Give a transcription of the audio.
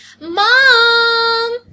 Mom